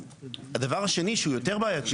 הדבר השני, שהוא יותר בעייתי